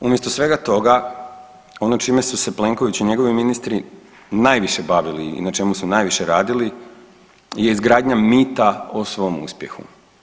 Umjesto svega toga ono čime su se Plenković i njegovi ministri najviše bavili i na čemu su najviše radili je izgradnja mita o svom uspjehu.